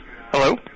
Hello